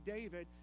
David